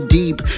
deep